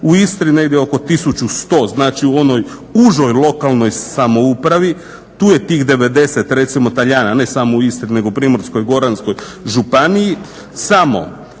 u Istri negdje oko 1100, znači u onoj užoj lokalnoj samoupravi tu je tih 90 recimo Talijana ne samo u Istri nego u Primorsko-goranskoj županiji samo